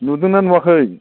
नुदोंना नुवाखै